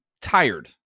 tired